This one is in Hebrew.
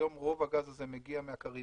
היום רוב הגז הזה מגיע מהקריביים,